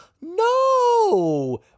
no